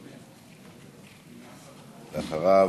אחריו,